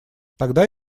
тогда